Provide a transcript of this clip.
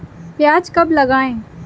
प्याज कब लगाएँ?